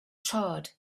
charred